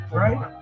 right